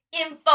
info